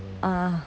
ah